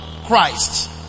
Christ